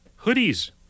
Hoodies